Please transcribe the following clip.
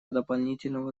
дополнительного